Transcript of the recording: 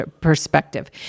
perspective